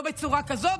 לא בצורה כזאת,